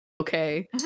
Okay